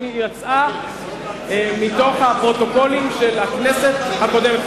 היא יצאה מהפרוטוקולים של הכנסת הקודמת.